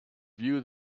view